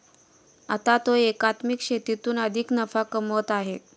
आता तो एकात्मिक शेतीतून अधिक नफा कमवत आहे